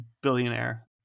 billionaire